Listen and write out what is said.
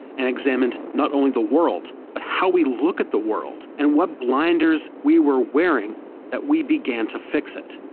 and examined not only the world, but how we look at the world, and what blinders we were wearing that we began to fix it.